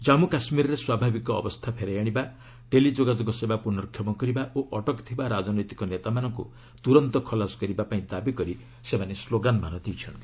କାମ୍ମୁ କାଶ୍ମୀରରେ ସ୍ୱାଭାବିକ ଅବସ୍ଥା ଫେରାଇ ଆଣିବା ଟେଲି ଯୋଗାଯୋଗ ସେବା ପୁର୍ନକ୍ଷମ କରିବା ଓ ଅଟକ ଥିବା ରାଜନୈତିକ ନେତାମାନଙ୍କୁ ତୂରନ୍ତ ଖଲାସ କରିବା ପାଇଁ ଦାବି କରି ସେମାନେ ସ୍କୋଗାନ୍ ଦେଇଛନ୍ତି